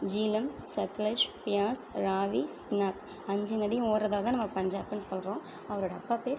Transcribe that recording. ஜீலம் சத்லஜ் பியாஸ் ராவி ஸ்நாத் அஞ்சு நதியும் ஓடுறததால தான் நம்ம பஞ்சாப்னு சொல்கிறோம் அவரோடய அப்பா பேர்